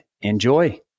Enjoy